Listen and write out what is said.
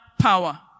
power